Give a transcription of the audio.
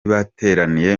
bateraniye